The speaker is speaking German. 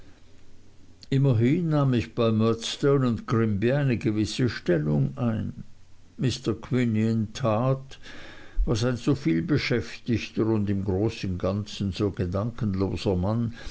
immerhin nahm ich bei murdstone grinby eine gewisse stellung ein mr quinion tat was ein so viel beschäftigter und im ganzen großen so gedankenloser mann